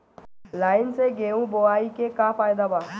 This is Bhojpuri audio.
लाईन से गेहूं बोआई के का फायदा बा?